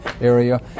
area